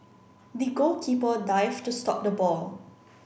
the goalkeeper dived to stop the ball